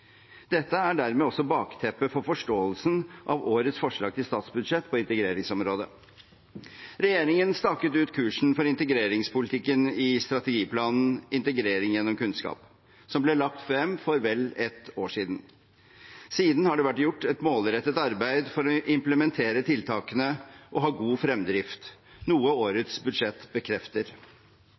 Dette er dermed også bakteppet for forståelsen av årets forslag til statsbudsjett på integreringsområdet. Regjeringen staket ut kursen for integreringspolitikken i strategiplanen Integrering gjennom kunnskap, som ble lagt frem for vel ett år siden. Siden har det vært gjort et målrettet arbeid for å implementere tiltakene og ha god fremdrift, noe årets budsjett bekrefter.